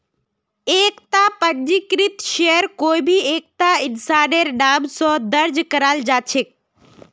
एकता पंजीकृत शेयर कोई एकता इंसानेर नाम स दर्ज कराल जा छेक